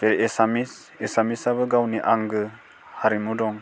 बे एसामिस एसामिसाबो गावनि आंगो हारिमु दं